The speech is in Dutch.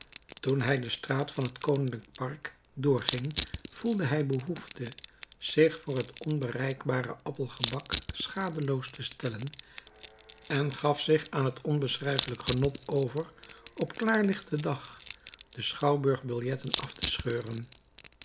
toen hij de straat van het koninklijk park doorging voelde hij behoefte zich voor het onbereikbare appelgebak schadeloos te stellen en gaf zich aan het onbeschrijfelijk genot over op klaarlichten dag de schouwburgbiljetten af te scheuren